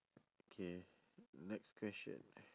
K next question